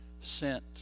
sent